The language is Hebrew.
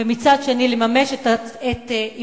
ומצד שני לממש את אימהותן.